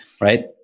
right